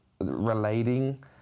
relating